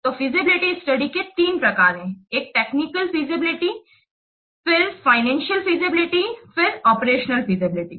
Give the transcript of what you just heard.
तो feasibility study के तीन प्रकार हैं एक टेक्निकल फीजिबिलिटी है फिर फाइनेंसियल फीजिबिलिटी और फिर ऑपरेशनल फीजिबिलिटी